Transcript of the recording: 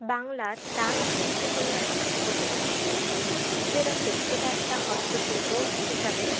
বাংলার তাঁত শিল্প হলো একটা উপজাতীয় শিল্প যেটাতে যেটা একটা হস্তশিল্প হিসাবে